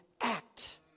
act